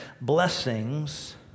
blessings